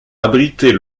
abriter